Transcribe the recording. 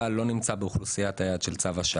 לא נמצא באוכלוסיית היעד של צו השעה.